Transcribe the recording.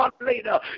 later